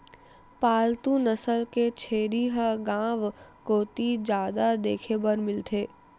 पालतू नसल के छेरी ह गांव कोती जादा देखे बर मिलथे